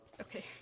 okay